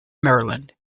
maryland